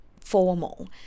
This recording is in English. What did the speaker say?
formal